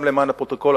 גם למען הפרוטוקול,